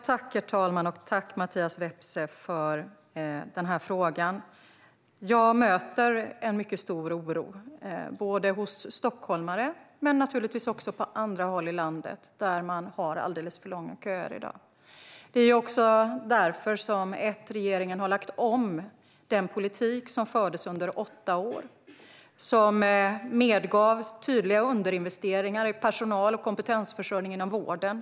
Herr talman! Tack, Mattias Vepsä, för frågan! Jag möter en mycket stor oro både hos stockholmare och på andra håll i landet där man har alldeles för långa köer i dag. Det är därför regeringen har lagt om den politik som fördes under åtta år och som medgav tydliga underinvesteringar i personal och kompetensförsörjning inom vården.